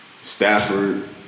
Stafford